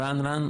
רן,